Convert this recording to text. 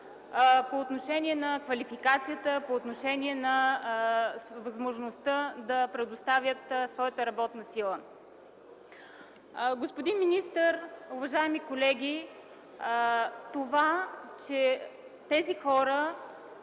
по отношение на квалификацията, по отношение на възможността да предостави своята работна сила. Господин министър, уважаеми колеги! Фактът, че тези хора,